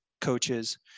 coaches